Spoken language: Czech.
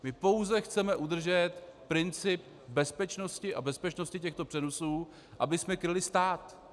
My pouze chceme udržet princip bezpečnosti a bezpečnosti těchto přenosů, abychom kryli stát.